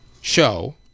show